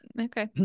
Okay